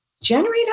generate